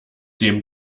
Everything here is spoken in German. dem